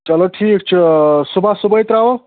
چلو ٹھیٖک چھُو صُبحَس صُبحٲے ترٛاوَو